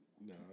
No